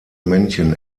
männchen